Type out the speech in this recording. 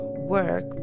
work